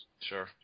Sure